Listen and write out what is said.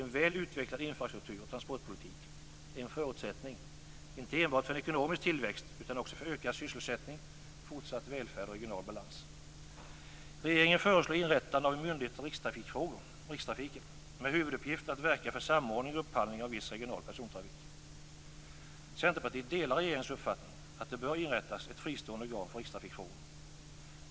En väl utvecklad infrastruktur och transportpolitik är en förutsättning inte enbart för en ekonomisk tillväxt utan även för ökad sysselsättning, fortsatt välfärd och regional balans. Regeringen föreslår inrättande av en myndighet för rikstrafikfrågor, rikstrafiken, med huvuduppgift att verka för samordning och upphandling av viss regional persontrafik. Centerpartiet delar regeringens uppfattning att det bör inrättas ett fristående organ för rikstrafikfrågor.